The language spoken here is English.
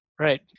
Right